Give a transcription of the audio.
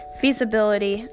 feasibility